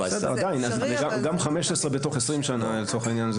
17. גם 15 בתוך 20 שנה לצורך העניין,